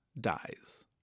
dies